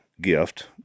gift